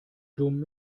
dumm